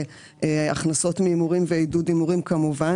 הכנסות מהימורים ועידוד הימורים כמובן,